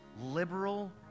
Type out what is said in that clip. liberal